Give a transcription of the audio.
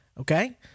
Okay